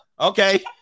Okay